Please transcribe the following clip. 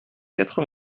quatre